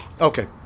Okay